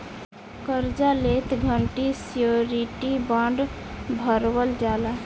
कार्जा लेत घड़ी श्योरिटी बॉण्ड भरवल जाला